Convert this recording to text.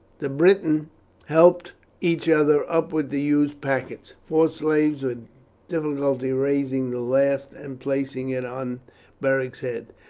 the britons helped each other up with the huge packets, four slaves with difficulty raising the last and placing it on beric's head.